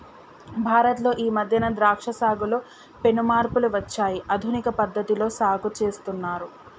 భారత్ లో ఈ మధ్యన ద్రాక్ష సాగులో పెను మార్పులు వచ్చాయి ఆధునిక పద్ధతిలో సాగు చేస్తున్నారు